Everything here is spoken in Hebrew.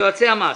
יועצי המס.